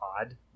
odd